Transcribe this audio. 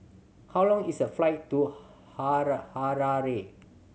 how long is the flight to Hara Harare